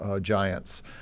giants